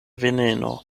veneno